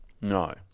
No